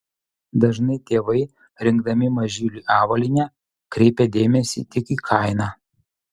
dažnai tėvai rinkdami mažyliui avalynę kreipia dėmesį tik į kainą